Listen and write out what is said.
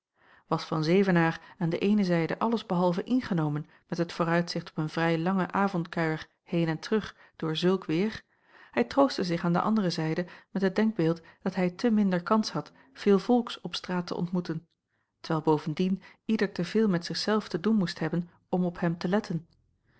was van zevenaer aan de eene zijde alles behalve ingenomen met het vooruitzicht op een vrij langen avondkuier heen en terug door zulk weêr hij troostte zich aan de andere zijde met het denkbeeld dat hij te minder kans had veel volks op straat te ontmoeten terwijl bovendien ieder te veel met zich zelf te doen moest hebben om op hem te letten